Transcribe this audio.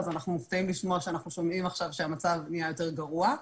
אז אנחנו מופתעים לשמוע עכשיו שהמצב נהיה יותר גרוע.